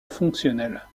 fonctionnelle